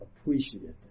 appreciative